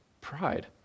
pride